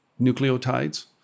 nucleotides